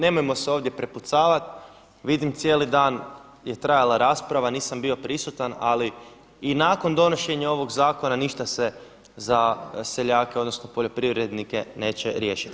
Nemojmo se ovdje prepucavati, vidim cijeli dan je trajala rasprava nisam bio prisutan, ali i nakon donošenja ovog zakona ništa se za seljake odnosno za poljoprivrednike neće riješiti.